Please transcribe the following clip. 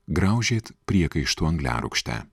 graužėt priekaištų angliarūgšte